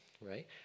right